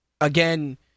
again